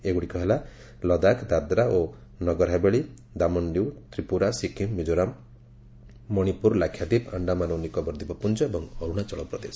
ଏଗୁଡ଼ିକ ହେଲା ଲଦାଖ ଦାଦ୍ରା ଓ ନଗରହାବେଳି ଦାମନ୍ତିଭ ତ୍ରିପୁରା ସିକିମ୍ ମିଜୋରାମ ମଣିପୁର ଲକ୍ଷାଦୀପ ଆଶ୍ଡାମାନ ଓ ନିକୋବର ଦ୍ୱୀପପୁଞ୍ଜ ଏବଂ ଅରୁଣାଚଳ ପ୍ରଦେଶ